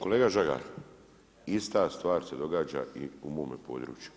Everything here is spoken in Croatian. Kolega Žagar, ista stvar se događa i u mome području.